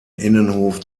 innenhof